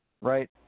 right